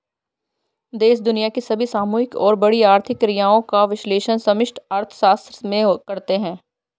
देश दुनिया की सभी सामूहिक और बड़ी आर्थिक क्रियाओं का विश्लेषण समष्टि अर्थशास्त्र में करते हैं